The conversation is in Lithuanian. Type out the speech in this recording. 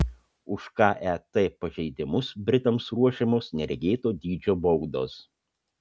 už ket pažeidimus britams ruošiamos neregėto dydžio baudos